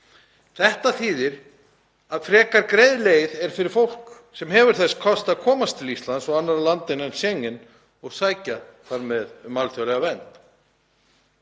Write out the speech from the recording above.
þetta þýðir að frekar greið leið er fyrir fólk sem hefur þess kost að komast til Íslands og annarra landa innan Schengen og sækja þar með um alþjóðlega vernd.